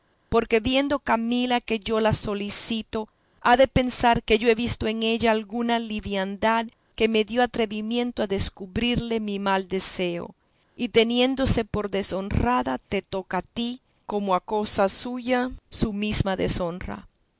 porque viendo camila que yo la solicito ha de pensar que yo he visto en ella alguna liviandad que me dio atrevimiento a descubrirle mi mal deseo y teniéndose por deshonrada te toca a ti como a cosa suya su mesma deshonra